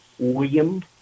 William